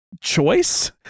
choice